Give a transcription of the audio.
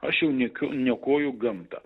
aš jau niekiu niokoju gamtą